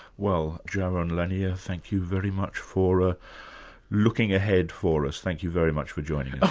well, jaron lanier, thank you very much for looking ahead for us. thank you very much for joining us. oh,